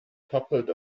toppled